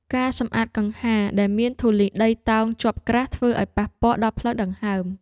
ការសម្អាតកង្ហារដែលមានធូលីដីតោងជាប់ក្រាស់ ធ្វើឱ្យប៉ះពាល់ដល់ផ្លូវដង្ហើម។